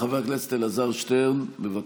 חבר הכנסת אלעזר שטרן, בבקשה.